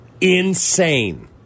insane